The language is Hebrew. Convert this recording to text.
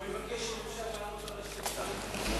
הוא מבקש אם אפשר לענות על השאילתא.